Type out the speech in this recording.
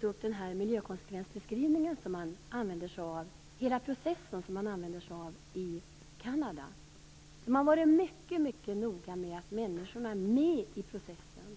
berört den miljökonsekvensbeskrivning och hela den process som man använder sig av i Kanada. Man har varit mycket noga med att människorna är med i processen.